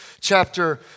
chapter